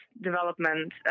development